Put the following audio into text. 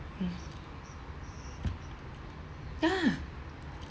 mm yeah